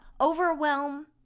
overwhelm